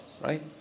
right